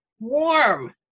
warm